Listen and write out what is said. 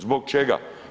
Zbog čega?